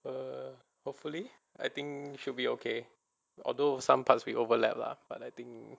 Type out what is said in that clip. err hopefully I think should be okay although some parts we overlapped lah but I think